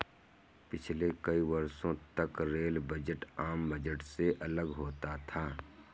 पिछले कई वर्षों तक रेल बजट आम बजट से अलग होता था